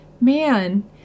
man